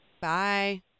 Bye